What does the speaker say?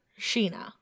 Sheena